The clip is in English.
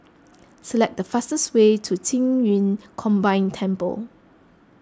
select the fastest way to Qing Yun Combined Temple